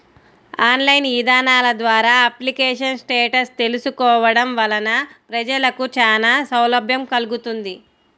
online ఇదానాల ద్వారా application status తెలుసుకోవడం వలన ప్రజలకు చానా సౌలభ్యం కల్గుతుంది